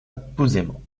posément